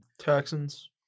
Texans